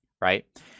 right